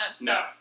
No